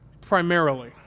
primarily